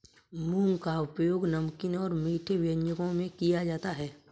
मूंग का उपयोग नमकीन और मीठे व्यंजनों में किया जाता है